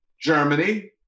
Germany